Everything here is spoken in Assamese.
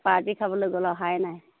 পাৰ্টি খাবলৈ গ'ল অহাই নাই